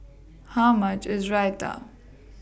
How much IS Raita